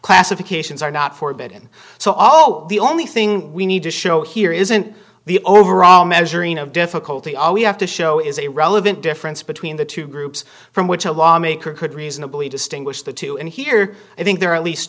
classifications are not forbidden so all the only thing we need to show here isn't the overall measuring of difficulty all we have to show is a relevant difference between the two groups from which a lawmaker could reasonably distinguish the two and here i think there are at least